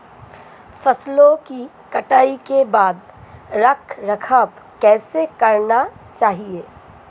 फसलों की कटाई के बाद रख रखाव कैसे करना चाहिये?